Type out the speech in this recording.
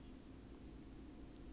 orh ya ya